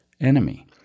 enemy